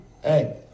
hey